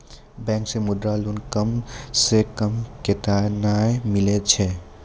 Bank से Mudra loan कम सऽ कम कतैय मिलैय छै?